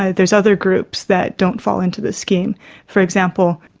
ah there's other groups that don't fall into this scheme for example,